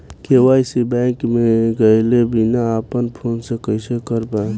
KYC bank मे गएले बिना अपना फोन से कइसे कर पाएम?